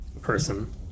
person